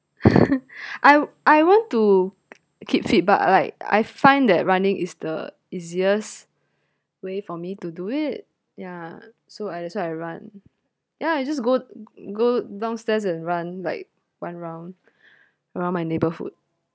I I want to keep fit but like I find that running is the easiest way for me to do it yeah so I that's why I run yeah I just go go downstairs and run like one round around my neighbourhood